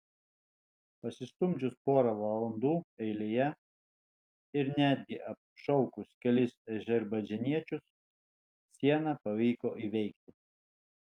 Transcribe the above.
pasistumdžius porą valandų eilėje ir netgi apšaukus kelis azerbaidžaniečius sieną pavyko įveikti